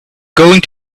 going